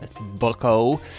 Bucko